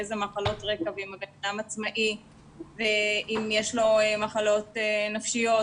האוכלוסייה הייתה שייכת לחמישה משרדי ממשלה,